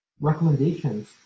recommendations